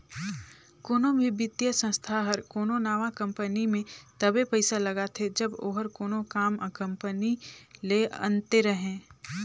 कोनो भी बित्तीय संस्था हर कोनो नावा कंपनी में तबे पइसा लगाथे जब ओहर कोनो आम कंपनी ले अन्ते रहें